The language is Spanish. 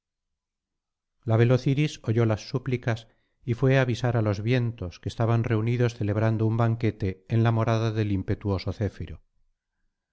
la veloz iris oyó las súplicas y fué á avisar á los vientos que estaban reunidos celebrando un banquete en la morada del impetuoso céfiro